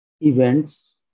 events